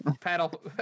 Paddle